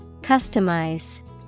Customize